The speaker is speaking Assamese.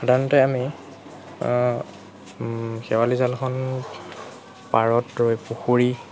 সাধাৰণতে আমি শেৱালি জালখন পাৰত ৰৈ পুখুৰী